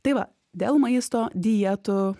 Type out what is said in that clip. tai va dėl maisto dietų